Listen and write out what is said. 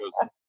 goes